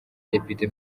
depite